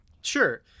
Sure